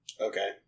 Okay